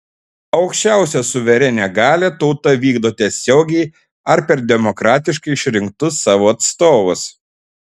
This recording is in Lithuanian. aukščiausią suverenią galią tauta vykdo tiesiogiai ar per demokratiškai išrinktus savo atstovus